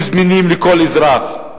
יהיו זמינים לכל אזרח.